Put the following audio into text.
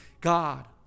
God